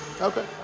Okay